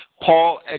Paul